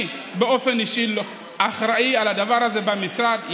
אני באופן אישי אחראי על הדבר הזה במשרד,